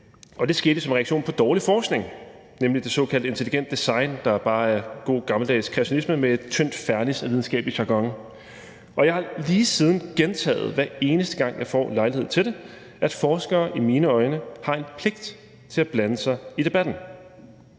og det skete som reaktion på dårlig forskning, nemlig det såkaldte intelligent design, der bare er god gammeldags kreationisme med et tyndt fernis af videnskabelig jargon, og jeg har lige siden gentaget, hver eneste gang jeg har fået lejlighed til det, at forskere i mine øjne har en pligt til at blande sig i debatten.